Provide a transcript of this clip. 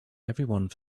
everyone